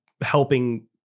helping